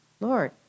Lord